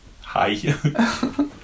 hi